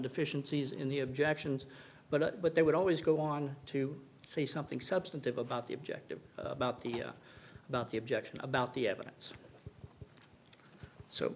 deficiencies in the objections but they would always go on to say something substantive about the objective about the idea about the objection about the evidence so